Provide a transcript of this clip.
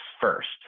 first